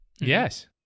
yes